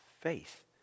faith